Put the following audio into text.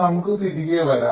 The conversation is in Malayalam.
നമുക്ക് തിരികെ വരാം